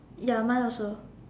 ya mine also